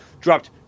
dropped